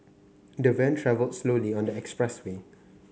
the van travelled slowly on the expressway